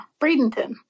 Bradenton